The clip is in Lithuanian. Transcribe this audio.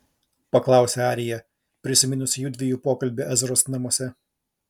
paklausė arija prisiminusi judviejų pokalbį ezros namuose